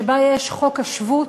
שבה יש חוק השבות,